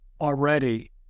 already